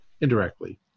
Indirectly